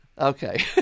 Okay